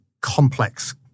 complex